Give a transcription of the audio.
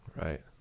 Right